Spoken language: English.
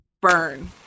Burn